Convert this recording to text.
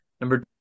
number